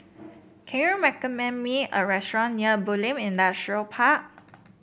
can you recommend me a restaurant near Bulim Industrial Park